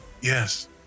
Yes